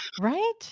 Right